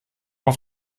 auf